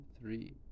three